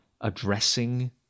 addressing